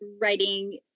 writing